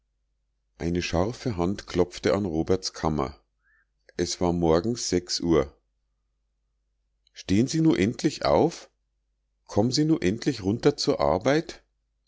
eine scharfe hand klopfte an roberts kammer es war morgens sechs uhr stehn sie nu endlich auf komm'n sie nu endlich runter zur arbeit